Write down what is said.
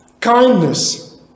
Kindness